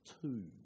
two